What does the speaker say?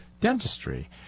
dentistry